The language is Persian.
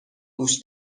گوش